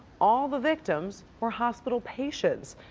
all the victims were hospital patients.